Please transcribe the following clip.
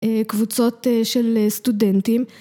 קבוצות של סטודנטים